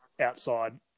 outside